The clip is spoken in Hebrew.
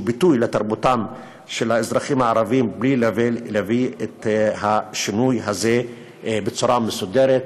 ביטוי לתרבותם של האזרחים הערבים בלי להביא את השינוי הזה בצורה מסודרת,